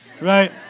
right